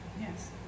yes